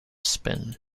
spin